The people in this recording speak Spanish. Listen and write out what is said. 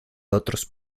otros